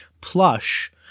plush